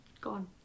Gone